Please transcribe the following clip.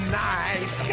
nice